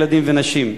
ילדים ונשים,